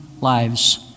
lives